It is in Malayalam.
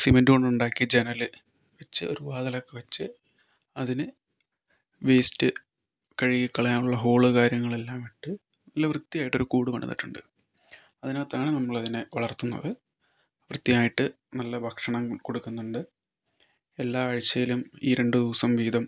സിമൻറ് കൊണ്ട് ഉണ്ടാക്കിയ ജനല് ചെറു വാതിലൊക്കെ വച്ച് അതിന് വെയ്സ്റ്റ് കഴുകി കളയാൻ ഉള്ള ഹോള് കാര്യങ്ങൾ എല്ലാം ഉണ്ട് നല്ല വൃത്തിയായിട്ട് ഒരു കൂടു പണിതിട്ടുണ്ട് അതിനകത്ത് ആണ് നമ്മൾ അതിനെ വളർത്തുന്നത് കൃത്യമായിട്ട് നല്ല ഭക്ഷണം കൊടുക്കുന്നുണ്ട് എല്ലാ ആഴ്ചയിലും ഈരണ്ടു ദിവസം വീതം